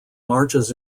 marches